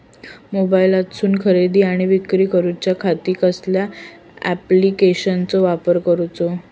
मोबाईलातसून खरेदी आणि विक्री करूच्या खाती कसल्या ॲप्लिकेशनाचो वापर करूचो?